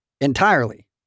entirely